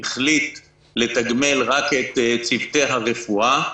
החליט לתגמל רק את צוותי הרפואה,